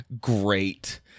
great